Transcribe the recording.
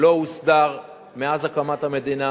לא הוסדר מאז הקמת המדינה,